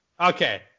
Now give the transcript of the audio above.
okay